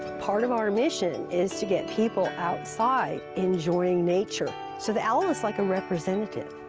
part of our mission is to get people outside enjoying nature, so the owl is like a representative.